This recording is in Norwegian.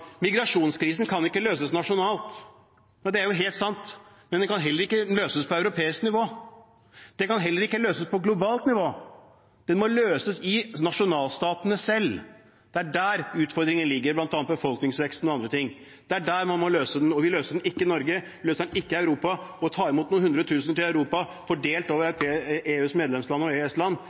den kan heller ikke løses på globalt nivå. Den må løses i nasjonalstatene selv. Det er der utfordringen ligger, bl.a. i befolkningsveksten og andre ting. Det er der man må løse den. Vi løser den ikke i Norge, vi løser den ikke i Europa. Å ta imot noen hundre tusen til Europa fordelt på EUs medlemsland og